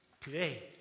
today